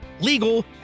legal